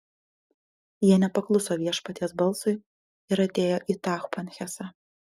jie nepakluso viešpaties balsui ir atėjo į tachpanhesą